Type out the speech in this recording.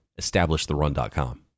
EstablishTheRun.com